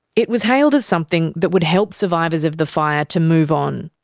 it was hailed as something that would help survivors of the fire to move on.